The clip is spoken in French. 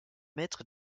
maître